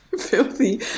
filthy